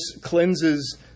cleanses